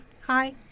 Hi